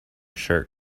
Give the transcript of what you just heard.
shirt